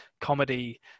comedy